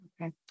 Okay